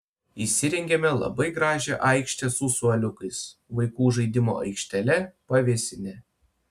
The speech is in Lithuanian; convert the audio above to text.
įsirengėme labai gražią aikštę su suoliukais vaikų žaidimų aikštele pavėsine